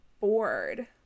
bored